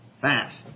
fast